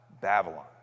Babylon